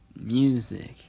Music